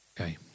Okay